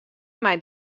mei